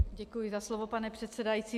Děkuji za slovo, pane předsedající.